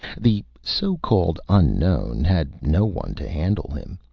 the so-called unknown had no one to handle him.